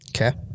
Okay